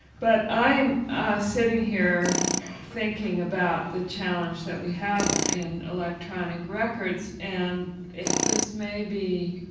but i'm sitting here thinking about the challenge that we have in electronic records and this may be